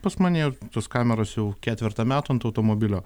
pas mane tos kameros jau ketvertą metų ant automobilio